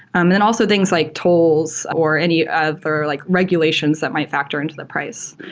and then also things like tolls or any other like regulations that might factor into the price.